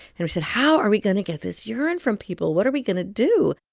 and we said, how are we going to get this urine from people? what are we going to do?